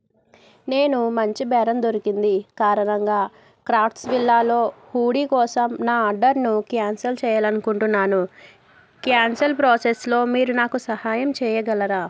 నేను మంచి బేరం దొరికింది కారణంగా క్రాఫ్ట్స్ విల్లాలో హూడీ కోసం నా ఆర్డర్ను క్యాన్సిల్ చేయాలి అనుకుంటున్నాను క్యాన్సిల్ ప్రోసెస్లో మీరు నాకు సహాయం చేయగలరా